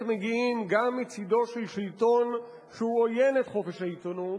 מגיעים גם מצדו של שלטון שהוא עוין את חופש העיתונות.